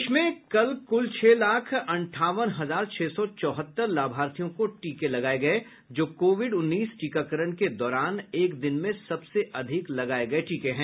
देश में कल कुल छह लाख अंठावन हजार छह सौ चौहत्तर लाभार्थियों को टीके लगाए गए जो कोविड उन्नीस टीकाकरण के दौरान एक दिन में सबसे अधिक लगाए गए टीके हैं